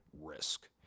risk